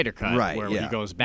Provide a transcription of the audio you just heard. Right